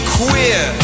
queer